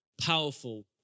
powerful